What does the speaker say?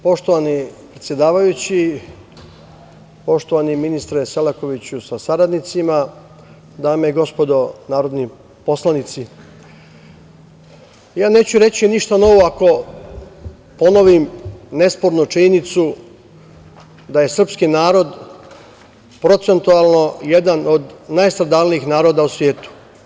Poštovani predsedavajući, poštovani ministre Selakoviću sa saradnicima, dame i gospodo narodni poslanici, ja neću reći ništa novo ako ponovim nespornu činjenicu da je srpski narod procentualno jedan od najstradalnijih naroda u svetu.